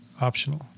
Optional